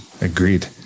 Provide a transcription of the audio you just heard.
agreed